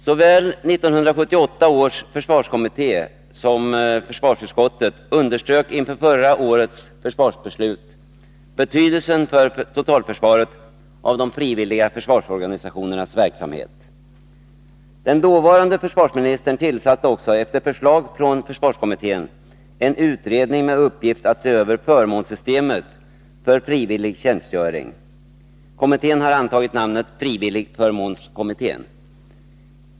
Såväl 1978 års försvarskommitté som försvarsutskottet underströk inför förra årets försvarsbeslut betydelsen för totalförsvaret av de frivilliga försvarsorganisationernas verksamhet. Den dåvarande försvarsministern tillsatte också efter förslag från försvarskommittén en utredning med uppgift att se över förmånssystemet för frivillig tjänstgöring. Kommittén har antagit namnet frivilligförmånskommittén .